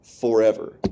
forever